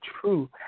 true